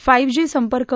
five G संपर्क